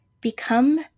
become